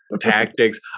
tactics